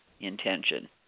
Intention